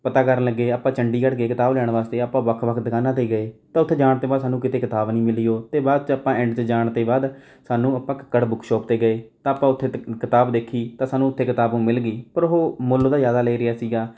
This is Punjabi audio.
ਪਤਾ ਕਰਨ ਲੱਗੇ ਆ ਆਪਾਂ ਚੰਡੀਗੜ੍ਹ ਗਏ ਕਿਤਾਬ ਲੈਣ ਵਾਸਤੇ ਆਪਾਂ ਵੱਖ ਵੱਖ ਦੁਕਾਨਾਂ 'ਤੇ ਗਏ ਤਾਂ ਉੱਥੇ ਜਾਣ ਤੋਂ ਬਾਅਦ ਸਾਨੂੰ ਕਿਤੇ ਕਿਤਾਬ ਨਹੀਂ ਮਿਲੀ ਉਹ ਤੋਂ ਬਾਅਦ 'ਚ ਆਪਾਂ ਐਂਡ 'ਚ ਜਾਣ ਤੋਂ ਬਾਅਦ ਸਾਨੂੰ ਆਪਾਂ ਕੱਕੜ ਬੁੱਕ ਸ਼ੋਪ 'ਤੇ ਗਏ ਤਾਂ ਆਪਾਂ ਉੱਥੇ ਕਿਤਾਬ ਦੇਖੀ ਤਾਂ ਸਾਨੂੰ ਉੱਥੇ ਕਿਤਾਬ ਉਹ ਮਿਲ ਗਈ ਪਰ ਉਹ ਮੁੱਲ ਉਹਦਾ ਜ਼ਿਆਦਾ ਲੈ ਰਿਹਾ ਸੀਗਾ